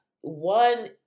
One